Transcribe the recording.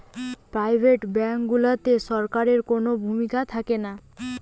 private bank গুলাতে সরকারের কুনো ভূমিকা থাকেনা